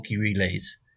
Relays